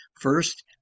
first